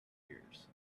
gears